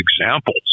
examples